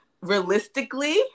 Realistically